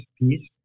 piece